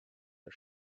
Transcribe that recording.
are